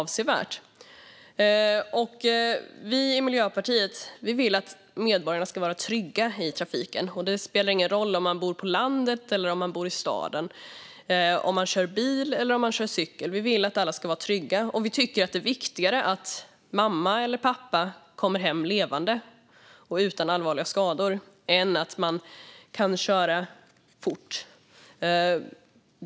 Vi i Miljöpartiet vill att medborgarna ska vara trygga i trafiken. Det spelar ingen roll om man bor på landet eller i staden, om man kör bil eller om man kör cykel. Vi vill att alla ska vara trygga, och vi tycker att det är viktigare att mamma eller pappa kommer hem levande och utan allvarliga skador än att man kan köra fort.